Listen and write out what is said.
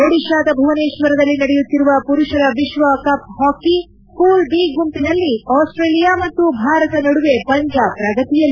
ಒಡಿಶಾದ ಭುವನೇಶ್ವರದಲ್ಲಿ ನಡೆಯುತ್ತಿರುವ ಮರುಷರ ವಿಶ್ವ ಕಪ್ ಹಾಕಿ ಮೂಲ್ ಬಿ ಗುಂಪಿನಲ್ಲಿ ಆಸ್ಸೇಲಿಯಾ ಮತ್ತು ಭಾರತ ನಡುವೆ ಪಂದ್ಯ ಪ್ರಗತಿಯಲ್ಲಿ